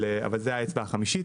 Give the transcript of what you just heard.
אבל זה האצבע החמישית.